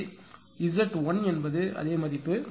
எனவே Z1 என்பது அதே மதிப்பு